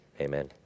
Amen